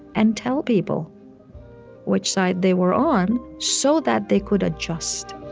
and tell people which side they were on so that they could adjust